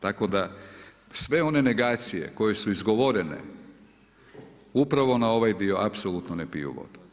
Tako da sve one negacije koje su izgovorene upravo na ovaj dio apsolutno ne piju vodu.